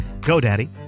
GoDaddy